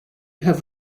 have